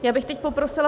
Já bych teď poprosila.